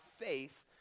faith